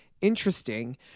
interesting